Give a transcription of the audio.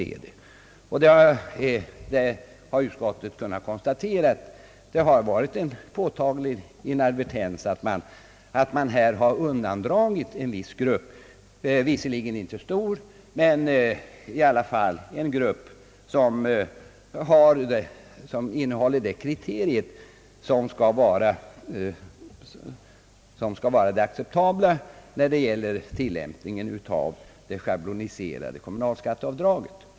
Utskottet har kunnat konstatera att det varit en påtaglig inadvertens att man undandragit en viss grupp — låt vara inte stor men i alla fall en grupp som tillfredsställer det kriterium som uppställts — det schabloniserade kommunalskatteavdraget.